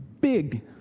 big